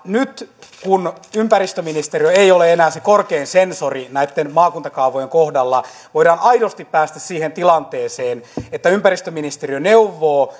nyt kun ympäristöministeriö ei ole enää se korkein sensori näitten maakuntakaavojen kohdalla voidaan aidosti päästä siihen tilanteeseen että ympäristöministeriö neuvoo